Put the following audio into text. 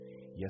Yes